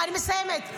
אני מסיימת.